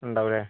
ഉണ്ടാവും അല്ലേ